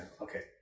Okay